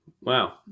Wow